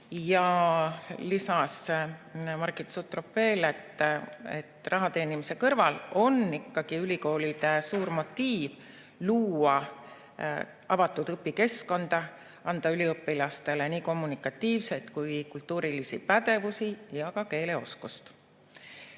piiramisega. Margit Sutrop lisas veel, et raha teenimise kõrval on ülikoolidel suur motiiv luua avatud õpikeskkonda, anda üliõpilastele nii kommunikatiivseid kui ka kultuurilisi pädevusi, samuti keeleoskust.